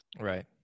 right